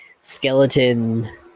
skeleton